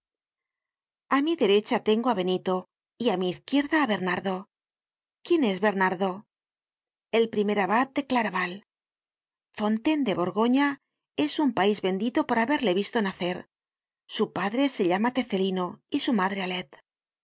a mi derecha tengo á benito y á mi izquierda á bernardo quién es bernardo el primer abad de claraval fontaines en borgoña es un pais bendito por haberle visto nacer su padre se llamaba tecelino y su madre